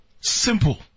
simple